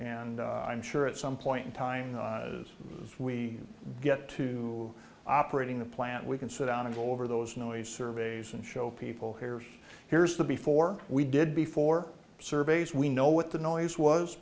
and i'm sure at some point in time as we get to operating the plant we can sit down and over those noise surveys and show people here here's the before we did before surveys we know what the noise was